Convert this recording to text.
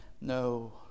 No